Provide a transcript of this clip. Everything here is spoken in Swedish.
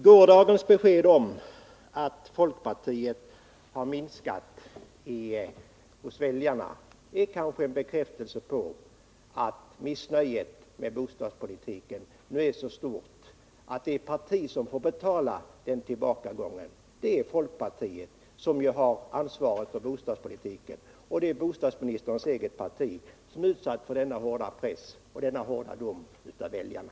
Gårdagens besked om att folkpartiet har minskat i popularitet hos väljarna är kanske en bekräftelse på att missnöjet med bostadspolitiken nu är så stort att det parti som får betala är folkpartiet, som ju har ansvaret för bostadspolitiken. Det är alltså bostadsministerns eget parti som är utsatt för denna hårda press och denna hårda dom från väljarna.